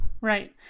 Right